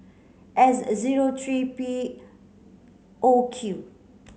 S zero three P O Q